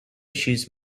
issues